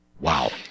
Wow